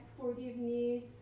forgiveness